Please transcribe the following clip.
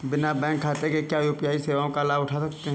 बिना बैंक खाते के क्या यू.पी.आई सेवाओं का लाभ उठा सकते हैं?